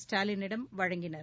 ஸ்டாலினிடம் வழங்கினர்